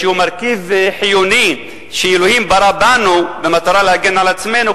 שהם מרכיב חיוני שאלוהים ברא בנו במטרה להגן על עצמנו,